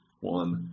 one